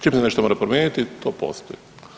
Čim se nešto mora promijeniti to postoji.